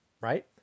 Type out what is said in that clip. right